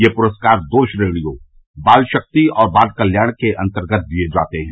ये पुरस्कार दो श्रेणियों बालशक्ति और बाल कल्याण के अंतर्गत दिए जाते हैं